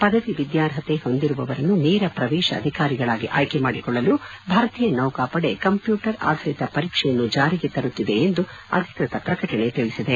ಪದವಿ ವಿದ್ಗಾರ್ಹತೆ ಹೊಂದಿರುವವರನ್ನು ನೇರ ಪ್ರವೇಶ ಅಧಿಕಾರಿಗಳಾಗಿ ಆಯ್ಲೆ ಮಾಡಿಕೊಳ್ಳಲು ಭಾರತೀಯ ನೌಕಾಪಡೆ ಕಂಪ್ಲೂಟರ್ ಆಧರಿತ ಪರೀಕ್ಷೆಯನ್ನು ಜಾರಿಗೆ ತರುತ್ತಿದೆ ಎಂದು ಅಧಿಕೃತ ಪ್ರಕಟಣೆ ತಿಳಿಸಿದೆ